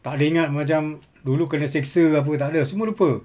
tak ada ingat macam dulu kena seksa ke apa tak ada semua lupa